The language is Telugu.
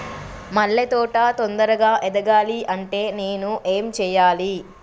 మల్లె తోట తొందరగా ఎదగాలి అంటే నేను ఏం చేయాలి?